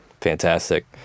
Fantastic